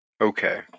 Okay